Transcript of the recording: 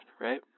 right